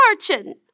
fortune